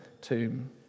tomb